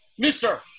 Mr